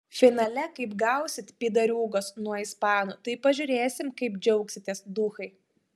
finale kaip gausit pydariūgos nuo ispanų tai pažiūrėsim kaip džiaugsitės duchai